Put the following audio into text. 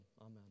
Amen